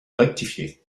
rectifié